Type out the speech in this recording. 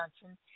Johnson